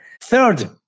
Third